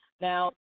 Now